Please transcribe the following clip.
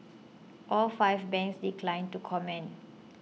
all five banks declined to comment